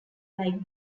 like